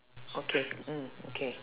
okay mm okay